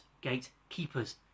gatekeepers